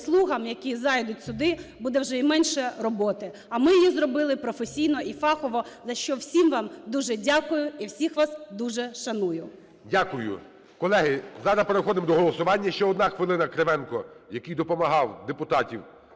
"слугам", які зайдуть сюди, буде вже і менше роботи. А ми її зробили професійно і фахово. За що всім вам дуже дякую і всіх вас дуже шаную. ГОЛОВУЮЧИЙ. Дякую. Колеги, зараз переходимо до голосування. Ще 1 хвилина Кривенко, який допомагав депутатів